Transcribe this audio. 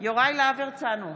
יוראי להב הרצנו,